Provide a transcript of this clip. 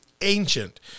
ancient